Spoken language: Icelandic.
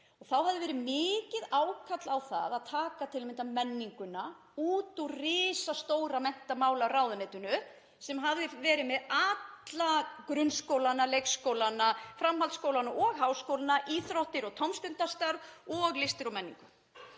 Þá hafði verið mikið ákall um að taka til að mynda menninguna út úr risastóra menntamálaráðuneytinu sem hafði verið með alla grunnskólana, leikskólana, framhaldsskólana og háskólana, íþróttir og tómstundastarf og listir og menningu.